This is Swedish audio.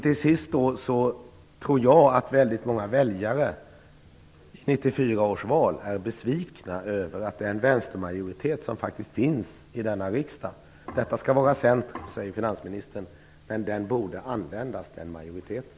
Till sist: Jag tror att många av väljarna i 1994 års val är besvikna över den vänstermajoritet som faktiskt finns i denna riksdag. Detta skall vara centrum, säger finansministern, men den här majoriteten borde användas!